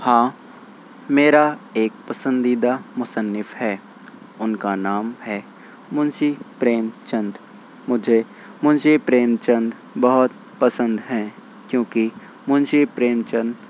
ہاں میرا ایک پسندیدہ مصنف ہے ان کا نام ہے منشی پریم چند مجھے منشی پریم چند بہت پسند ہیں کیونکہ منشی پریم چند